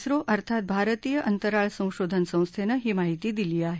श्रो अर्थात भारतीय अंतराळ संशोधन संस्थेनं ही माहिती दिली आहे